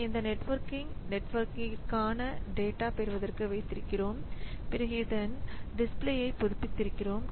நம்மை இந்த நெட்வொர்க்கிங் நெட்வொர்க்கிற்கான டேட்டா பெறுவதற்கு வைத்திருக்கிறோம் பிறகு இதன் டிஸ்பிளேயை புதுப்பித்திருக்கிறோம்